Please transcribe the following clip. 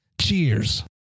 Cheers